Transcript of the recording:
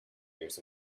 years